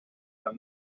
than